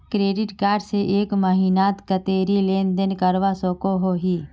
Credit card से एक महीनात कतेरी लेन देन करवा सकोहो ही?